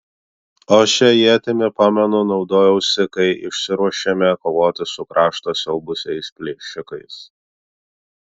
o šia ietimi pamenu naudojausi kai išsiruošėme kovoti su kraštą siaubusiais plėšikais